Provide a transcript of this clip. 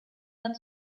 had